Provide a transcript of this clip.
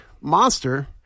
monster